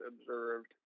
observed